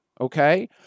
okay